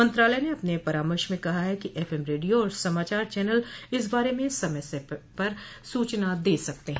मंत्रालय ने अपने परामर्श में कहा है कि एफएम रेडियो और समाचार चनल इस बारे में समय समय पर सूचनाएं दे सकते हैं